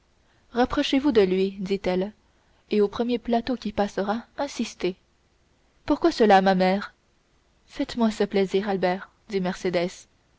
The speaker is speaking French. rapprochez vous de lui dit-elle et au premier plateau qui passera insistez pourquoi cela ma mère faites-moi ce plaisir albert